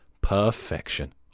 Perfection